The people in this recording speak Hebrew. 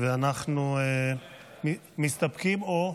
אנחנו מסתפקים או,